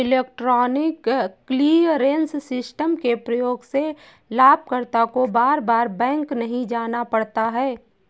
electronic clearance system के प्रयोग से लाभकर्ता को बार बार बैंक नहीं जाना पड़ता है